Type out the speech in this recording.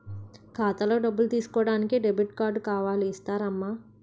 ఖాతాలో డబ్బులు తీసుకోడానికి డెబిట్ కార్డు కావాలి ఇస్తారమ్మా